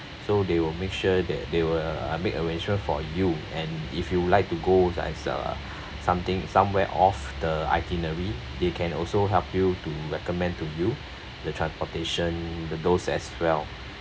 so they will make sure that they will uh make arrangement for you and if you would like to go as uh something somewhere off the itinerary they can also help you to recommend to you the transportation the those as well